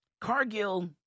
Cargill